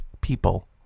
People